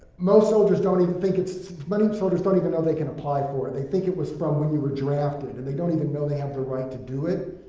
most soldiers don't even think it's but soldiers don't even know they can apply for it. they think it was from when you were drafted, and they don't even know they have the right to do it.